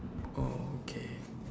oh okay